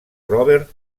robert